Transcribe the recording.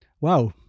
Wow